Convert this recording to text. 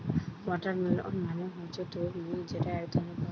watermelon মানে হচ্ছে তরমুজ যেটা একধরনের ফল